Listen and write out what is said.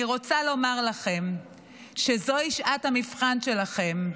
אני רוצה לומר לכם שזוהי שעת המבחן שלכם.